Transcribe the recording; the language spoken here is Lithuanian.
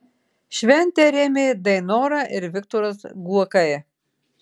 šventę rėmė dainora ir viktoras guokai